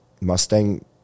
Mustang